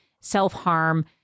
self-harm